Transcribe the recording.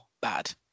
bad